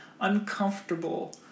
uncomfortable